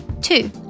Two